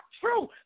true